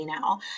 now